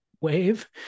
wave